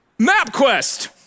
MapQuest